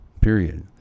period